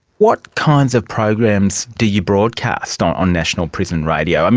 what kinds of programs do you broadcast on on national prison radio?